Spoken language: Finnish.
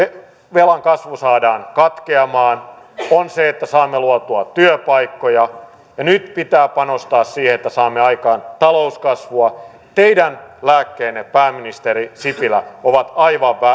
velan kasvu saadaan katkeamaan on se että saamme luotua työpaikkoja ja nyt pitää panostaa siihen että saamme aikaan talouskasvua teidän lääkkeenne pääministeri sipilä ovat aivan